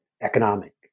economic